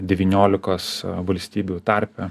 devyniolikos valstybių tarpe